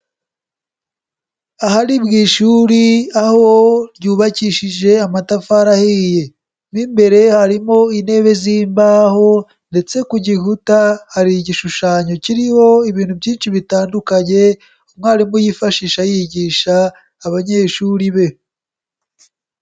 Aha ni mu ishuri aho ryubakishije amatafari ahiye, mo imbere harimo intebe z'imbaho ndetse ku gikuta hari igishushanyo kiriho ibintu byinshi bitandukanye, umwarimu yifashisha yigisha abanyeshuri be.